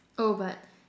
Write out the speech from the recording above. oh but